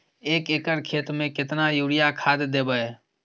एक एकर खेत मे केतना यूरिया खाद दैबे?